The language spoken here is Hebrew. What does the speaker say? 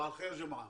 בוקר טוב ג'ומעה.